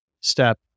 step